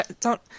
Don't-